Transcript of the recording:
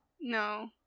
No